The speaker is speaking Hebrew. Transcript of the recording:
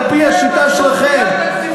על-פי השיטה שלכם.